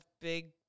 big